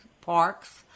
parks